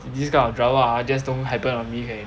this kind of drama ah just don't happen on me eh